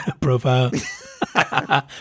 profile